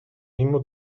mismo